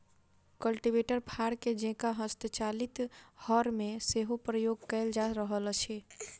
cultivator फार के जेंका हस्तचालित हर मे सेहो प्रयोग कयल जा रहल अछि